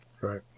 Right